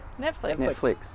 Netflix